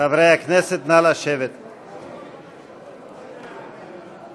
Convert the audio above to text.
חברי הכנסת, קודם כול,